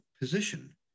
position